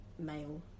Male